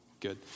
Good